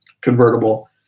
convertible